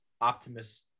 Optimus